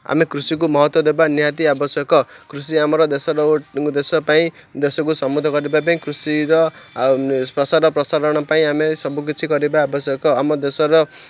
ଆମେ କୃଷିକୁ ମହତ୍ତ୍ୱ ଦେବା ନିହାତି ଆବଶ୍ୟକ କୃଷି ଆମର ଦେଶର ଦେଶ ପାଇଁ ଦେଶକୁ ସମୃଦ୍ଧ କରିବା ପାଇଁ କୃଷିର ପ୍ରସାର ପ୍ରସାରଣ ପାଇଁ ଆମେ ସବୁକିଛି କରିବା ଆବଶ୍ୟକ ଆମ ଦେଶର